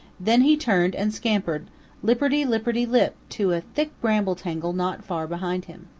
then he turned and scampered lipperty-lipperty-lip to a thick bramble-tangle not far behind him.